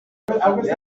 amanda